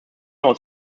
aus